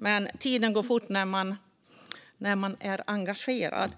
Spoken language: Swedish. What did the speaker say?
Men tiden går fort när man är engagerad.